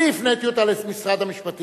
אני הפניתי אותה למשרד המשפטים.